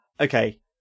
Okay